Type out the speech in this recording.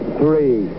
three